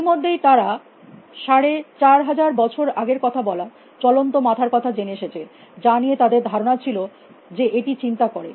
ইতিমধ্যেই তারা 4500 বছর আগে কথা বলা চলন্ত মাথার কথা জেনে এসেছে যা নিয়ে তাদের ধারণা ছিল যে এটি চিন্তা করে